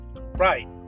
Right